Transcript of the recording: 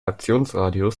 aktionsradius